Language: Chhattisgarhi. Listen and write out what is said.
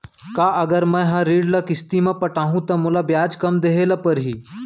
का अगर मैं हा ऋण ल किस्ती म पटाहूँ त मोला ब्याज कम देहे ल परही?